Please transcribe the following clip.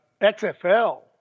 XFL